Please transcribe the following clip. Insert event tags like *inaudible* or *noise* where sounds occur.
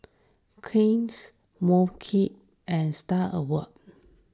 Cliniques *unintelligible* and Star Awards